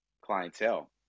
clientele